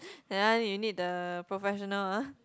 that one you need the professional ah